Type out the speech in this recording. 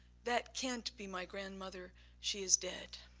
that can't be my grandmother, she is dead.